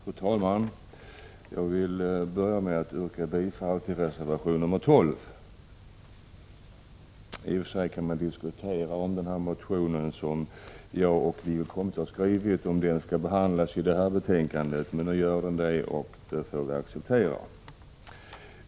Fru talman! Jag vill börja med att yrka bifall till reservation nr 12. I och för sig kan det diskuteras om den motion som jag och Wiggo Komstedt har skrivit borde ha behandlats i detta betänkande. Men nu har det skett, och detta får vi acceptera.